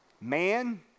Man